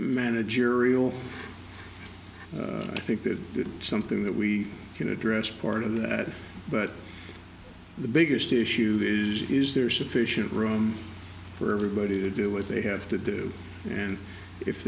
managerial i think that it's something that we can address part of that but the biggest issue is there sufficient room for everybody to do what they have to do and if